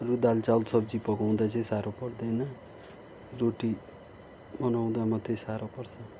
र दाल चामल सब्जी पकाउँदा चाहिँ साह्रो पर्दैन रोटी बनाउँदा मात्रै साह्रो पर्छ